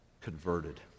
converted